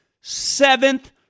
seventh